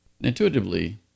Intuitively